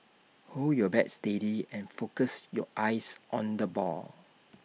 hold your bat steady and focus your eyes on the ball